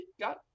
got